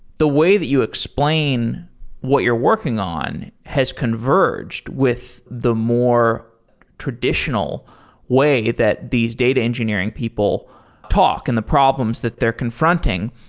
the way that you explain what you're working on has converged with the more traditional way that these data engineering people talk and the problems that they're confronting.